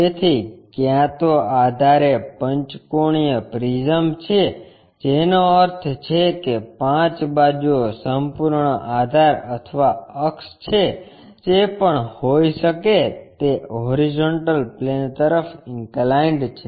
તેથી ક્યાં તો આધાર એ પંચકોણિય પ્રિઝમ છે જેનો અર્થ છે કે 5 બાજુઓ સંપૂર્ણ આધાર અથવા અક્ષ છે જે પણ હોઈ શકે તે હોરીઝોન્ટલ પ્લેન તરફ ઇન્કલાઇન્ડ છે